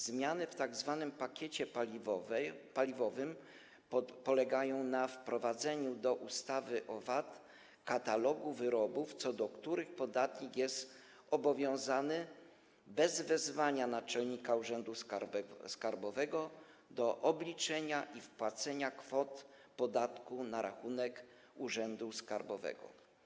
Zmiany w tzw. pakiecie paliwowym polegają na wprowadzeniu do ustawy o VAT katalogu wyrobów, co do których podatnik jest obowiązany bez wezwania naczelnika urzędu skarbowego do obliczenia i wpłacenia kwot podatku na rachunek urzędu skarbowego.